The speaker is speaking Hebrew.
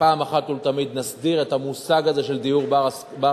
פעם אחת ולתמיד נסדיר את המושג הזה של דיור בר-השגה.